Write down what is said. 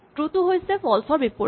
ট্ৰো টো হৈছে ফল্চ ৰ বিপৰীত